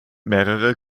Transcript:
mehrere